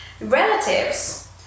relatives